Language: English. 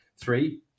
three